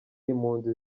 impunzi